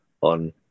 on